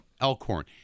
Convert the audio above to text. Elkhorn